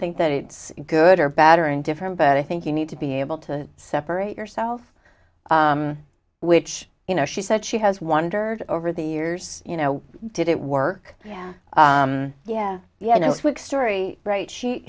think that it's good or bad or indifferent but i think you need to be able to separate yourself which you know she said she has wondered over the years you know did it work yeah yeah yeah i know what story right she